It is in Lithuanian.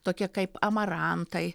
tokie kaip amarantai